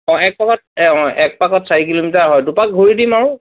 শেষ সময়ত অ এক পাকত চাৰি কিলোমিটাৰ হয় দুপাক ঘূৰি দিম আৰু